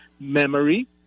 Memory